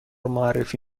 معرفی